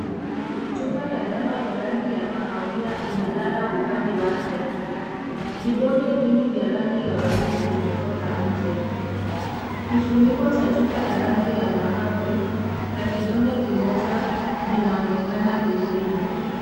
Chupa ya dawa ya rangi ya kahawia imelala upande wake. Vidonge vingi vya rangi ya waridi vimetoka nje. Kifuniko cha rangi ya dhahabu na kidonge kimoja vinaonekana pembeni.